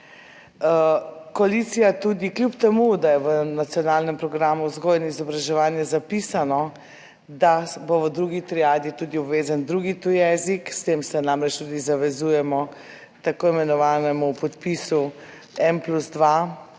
Koalicija tudi kljub temu, da je v nacionalnem programu vzgoje in izobraževanja zapisano, da bo v drugi triadi tudi obvezen drugi tuji jezik, s tem se namreč tudi zavezujemo tako imenovanemu podpisu 1 plus 2